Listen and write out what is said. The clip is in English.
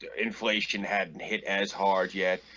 inflation hadn't hit as hard yet,